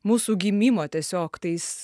mūsų gimimo tiesiog tais